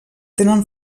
tenen